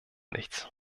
nichts